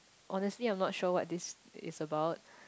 honestly I'm not sure what this is about